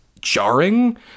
jarring